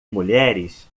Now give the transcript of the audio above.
mulheres